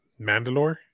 Mandalore